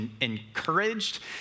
encouraged